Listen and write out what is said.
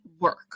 work